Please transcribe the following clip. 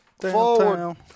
forward